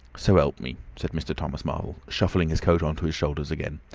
so help me, said mr. thomas marvel, shuffling his coat on to his shoulders again.